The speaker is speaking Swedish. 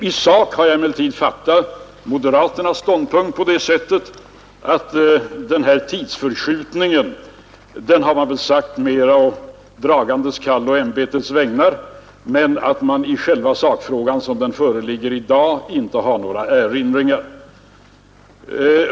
I sak har jag emellertid fattat moderaternas ståndpunkt på det sättet att de har talat om den här tidsförskjutningen mer å dragande kall och ämbetets vägnar, men att de i själva sakfrågan — som den föreligger i dag — inte har några erinringar.